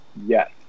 Yes